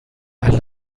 اهل